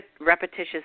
repetitious